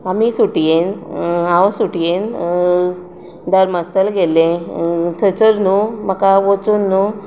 आमी सुटयेन हांव सुटयेन धर्मास्थल गेल्लें थंयसर न्हू म्हाका वचून न्हू